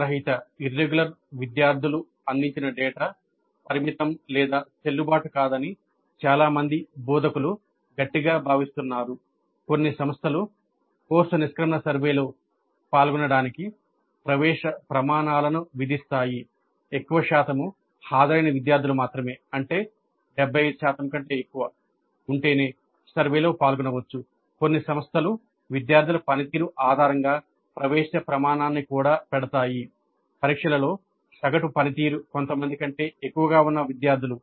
క్రమరహిత course నిష్క్రమణ సర్వేలో పాల్గొనవచ్చు